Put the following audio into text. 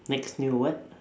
next new what